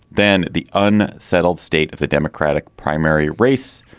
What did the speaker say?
then, the unsettled state of the democratic primary race?